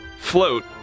float